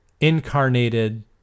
incarnated